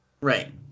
Right